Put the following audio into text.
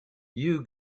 you